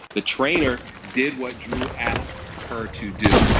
the trainer did what drew asked her to do.